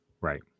right